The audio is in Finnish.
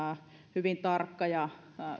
hyvin tarkka ja